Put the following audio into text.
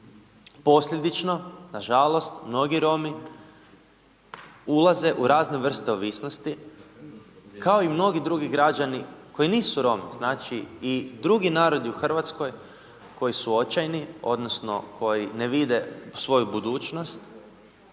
Posljedično nažalost mnogi Romi ulaze u razne vrste ovisnosti kao i mnogi drugi građani koji nisu Romi, znači i drugi narodi u Hrvatskoj koji su očajni odnosno koji ne vide svoju budućnost